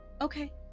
Okay